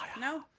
No